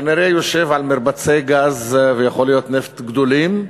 כנראה יושב על מרבצי גז, ויכול להיות נפט, גדולים.